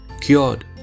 cured